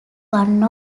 one